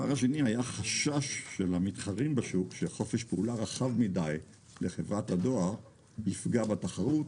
חשש של המתחרים בשוק שחופש פעולה רחב מידי לחברת הדואר יפגע בתחרות,